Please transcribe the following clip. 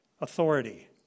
authority